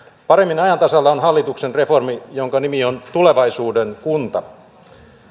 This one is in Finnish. paremmin ajan tasalla on hallituksen reformi jonka nimi on tulevaisuuden kunta